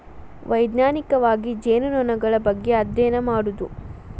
ವೈಜ್ಞಾನಿಕವಾಗಿ ಜೇನುನೊಣಗಳ ಬಗ್ಗೆ ಅದ್ಯಯನ ಮಾಡುದು